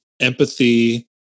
empathy